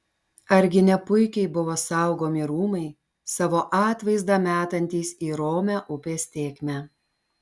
argi ne puikiai buvo saugomi rūmai savo atvaizdą metantys į romią upės tėkmę